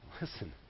Listen